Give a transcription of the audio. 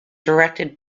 directed